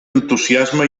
entusiasme